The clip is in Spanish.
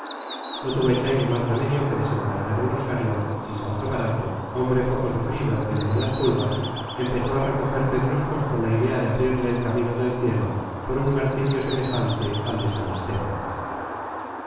no tuvo echaide más remedio que desenvainar el rosario y santo barato hombre poco sufrido y de malas pulgadas empezó a recoger pedruscos con la idea de abrirle el camino del cielo por un martirio semejante al de san esteban